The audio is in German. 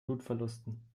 blutverlusten